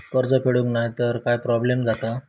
कर्ज फेडूक नाय तर काय प्रोब्लेम जाता?